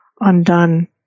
undone